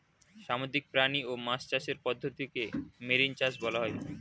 সামুদ্রিক প্রাণী ও মাছ চাষের পদ্ধতিকে মেরিন চাষ বলা হয়